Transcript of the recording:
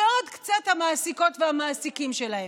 ועוד קצת המעסיקות והמעסיקים שלהם.